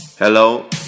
Hello